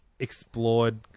explored